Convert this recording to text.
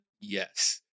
Yes